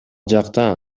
жакта